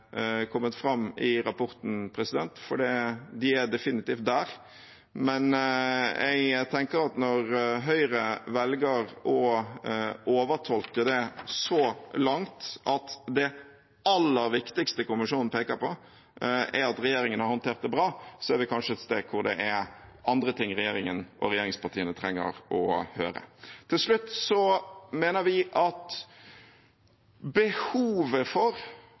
kommet fram i rapporten, for de er definitivt der. Men jeg tenker at når Høyre velger å overtolke det så langt at det «aller viktigste koronakommisjonen peker på», er at regjeringen har håndtert det bra, er vi kanskje et sted der det er andre ting regjeringen og regjeringspartiene trenger å høre. Til slutt: Vi mener at behovet for